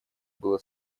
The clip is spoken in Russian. было